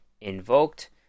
invoked